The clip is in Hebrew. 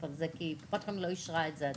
על זה כי קופת חולים לא אישרה את זה עדיין.